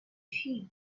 sheet